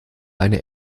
eine